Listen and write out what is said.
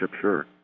sure